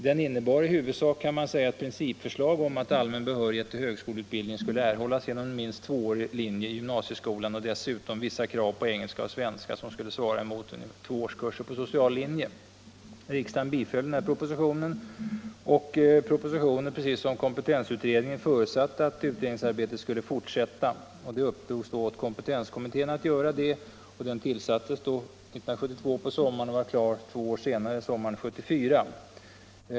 Den innebar i huvudsak principförslag om att allmän behörighet till högskoleutbildning skulle erhållas genom minst tvåårig linje i gymnasieskolan och dessutom vissa kunskapskrav i svenska och engelska motsvarande två årskurser på social linje. Riksdagen biföll propositionen, och den liksom kompetensutredningen förutsatte att utredningsarbetet skulle fortsätta. Det upp drogs åt kompetenskommittén att ta hand om detta. Den tillsattes på sommaren 1972 och var klar två år senare, sommaren 1974.